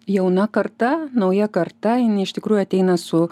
jauna karta nauja karta jinai iš tikrųjų ateina su